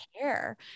care